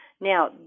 Now